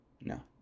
No